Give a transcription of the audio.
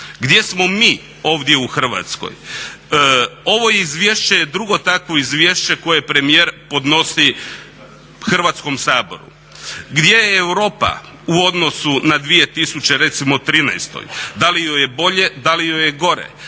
Gdje smo mi ovdje u Hrvatskoj? Ovo izvješće je drugo takvo izvješće koje premijer podnosi Hrvatskom saboru. Gdje je Europa u odnosu na recimo 2013., da li joj je bolje, da li joj je gore.